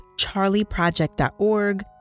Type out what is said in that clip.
CharlieProject.org